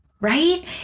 right